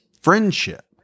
friendship